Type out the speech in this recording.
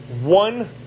one